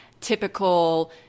typical